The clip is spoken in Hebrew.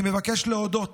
אני מבקש להודות